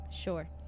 Sure